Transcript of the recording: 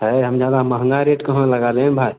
अरे हम ज़्यादा महंगा रेट कहाँ लगा रहे हैं भाई